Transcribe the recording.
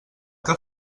que